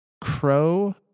crow